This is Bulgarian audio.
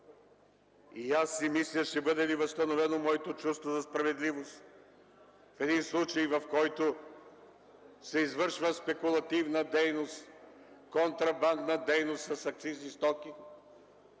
И аз си мисля – ще бъде ли възстановено моето чувство за справедливост в един случай, в който се извършва спекулативна дейност, контрабандна дейност с акцизни стоки,